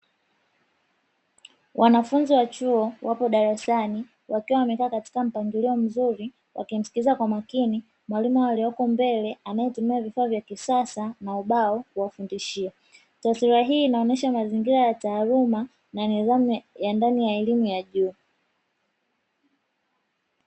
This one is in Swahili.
Wanafunzi wa chuo wapo darasani wakiwa wamekaa katika mpangilio mzuri wakimsikiza kwa makini mwalimu aliyeko mbele anayetumia vifaa vya kisasa na ubao kuwafundishia. Taswira hii inaonyesha mazingira ya taaluma na nidhamu ya ndani ya elimu ya juu.